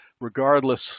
regardless